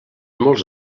molts